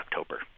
October